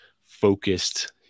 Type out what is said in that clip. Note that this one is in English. focused